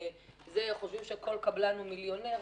חושבים שכל קבלן הוא מיליונר.